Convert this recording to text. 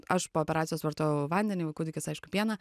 aš po operacijos vartojau vandenį kūdikis aišku pieną